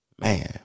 man